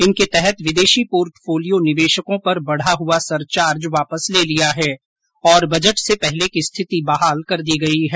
इनके तहत विदेशी पोर्टफोलियो निवेशकों पर बढ़ा हुआ सरचार्ज वापस ले लिया है और बजट से पहले की स्थिति बहाल कर दी गई है